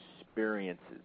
experiences